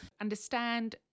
understand